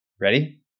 Ready